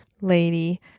lady